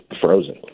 frozen